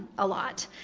a lot.